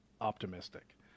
optimistic